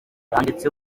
yanditse